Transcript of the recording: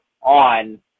on